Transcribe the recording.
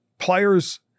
Players